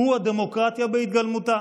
הוא הדמוקרטיה בהתגלמותה.